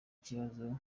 kibazo